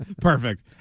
Perfect